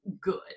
good